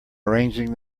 arranging